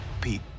Pete